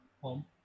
home